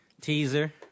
Teaser